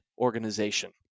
organization